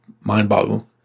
mind-boggling